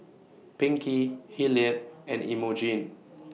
Pinkie Hilliard and Imogene